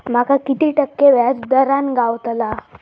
माका किती टक्के व्याज दरान कर्ज गावतला?